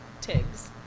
Tigs